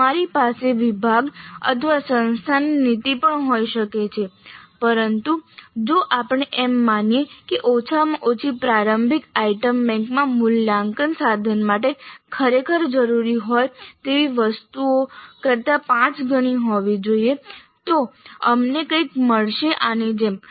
અમારી પાસે વિભાગ અથવા સંસ્થાની નીતિ પણ હોઈ શકે છે પરંતુ જો આપણે એમ માનીએ કે ઓછામાં ઓછી પ્રારંભિક આઇટમ બેંકમાં મૂલ્યાંકન સાધન માટે ખરેખર જરૂરી હોય તેવી વસ્તુઓ કરતાં પાંચ ગણી હોવી જોઈએ તો અમને કંઈક મળશે આની જેમ